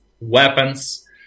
weapons